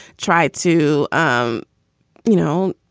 try to, um you know,